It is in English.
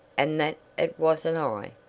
and that it wasn't i.